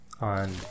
On